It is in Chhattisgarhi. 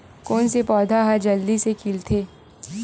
कोन से पौधा ह जल्दी से खिलथे?